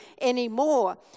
anymore